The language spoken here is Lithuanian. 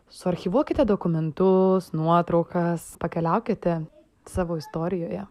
suarchyvuokite dokumentus nuotraukas pakeliaukite savo istorijoje